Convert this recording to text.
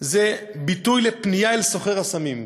זה ביטוי לפנייה אל סוחר הסמים.